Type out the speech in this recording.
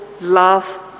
love